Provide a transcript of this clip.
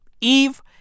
Eve